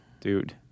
dude